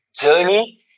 journey